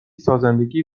سازندگی